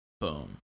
Boom